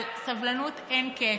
על סבלנות אין קץ,